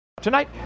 Tonight